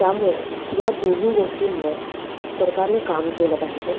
त्यामुळे या दोन्ही गोष्टींवर सरकारनं काम केलं पाहिजे